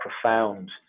profound